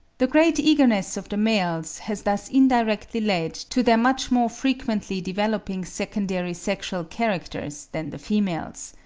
the great eagerness of the males has thus indirectly led to their much more frequently developing secondary sexual characters than the females.